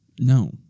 No